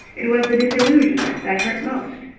it was the disillusionment that hurt most.